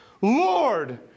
Lord